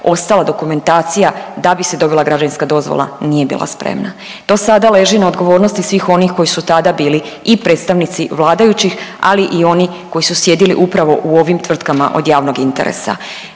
ostala dokumentacija da bi se dobila građevinska dozvola nije bila spremna. To sada leži na odgovornosti svih onih koji su tada bili i predstavnici vladajućih, ali i oni koji su sjedili upravo u ovim tvrtkama od javnog interesa.